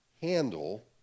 handle